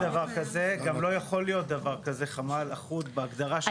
גם לא יכול להיות דבר כזה חמ"ל אחוד בהגדרה.